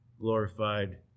glorified